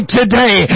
today